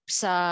sa